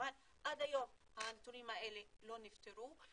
והחשמל ועד היום הנתונים האלה לא נפתרו.